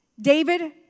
David